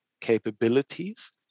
capabilities